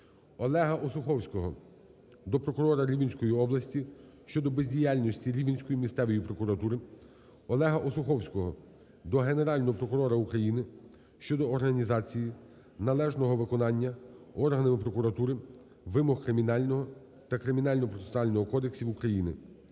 Олега Осуховського до прокурора Рівненської області щодо бездіяльності Рівненської місцевої прокуратури. Олега Осуховського до Генерального прокурора України щодо організації належного виконання органами прокуратури вимог Кримінального та Кримінального процесуального кодексів України.